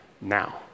now